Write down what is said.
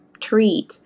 treat